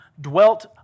dwelt